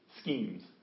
schemes